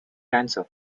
answer